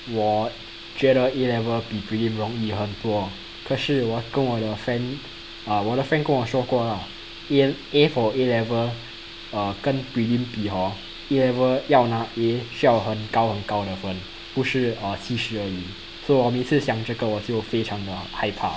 我觉得 A level 比 prelim 容易很多可是我跟我的 friend 啊我的 friend 跟我说过 lah A~ A for A level uh 跟 prelim 比 hor A level 要拿 A 需要很高很高的分不是 uh 七十而已 so 我每次想这个我就非常的害怕